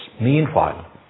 meanwhile